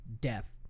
death